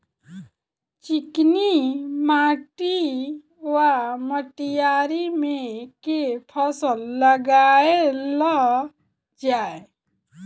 चिकनी माटि वा मटीयारी मे केँ फसल लगाएल जाए?